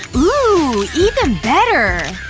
ooh, even better!